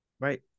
Right